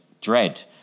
Dread